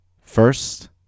First